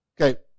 okay